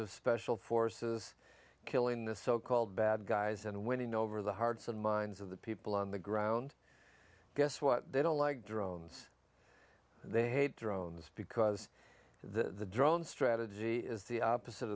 of special forces killing the so called bad guys and winning over the hearts and minds of the people on the ground guess what they don't like drones and they hate drones because the drone strategy is the opposite